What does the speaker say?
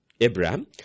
Abraham